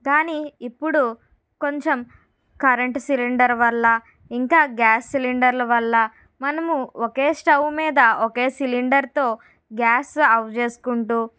కాని ఇప్పుడు కొంచెం కరెంటు సిలిండర్ వల్ల ఇంకా గ్యాస్ సిలిండర్ల వల్ల మనము ఒకే స్టవ్ మీద ఒకే సిలిండర్తో గ్యాస్ ఆఫ్ చేసుకుంటూ నాలుగు